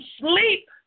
sleep